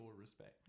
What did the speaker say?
respect